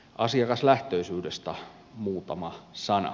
asiakaslähtöisyydestä muutama sana